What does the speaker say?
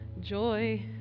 joy